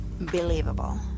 Believable